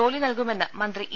ജോലി നൽകുമെന്ന് മന്ത്രി ഇ